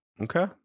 Okay